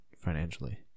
financially